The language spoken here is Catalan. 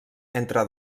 entre